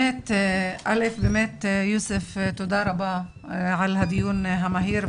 באמת יוסף תודה רבה על הדיון המהיר.